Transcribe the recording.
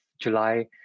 July